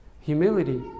Humility